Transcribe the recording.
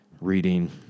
reading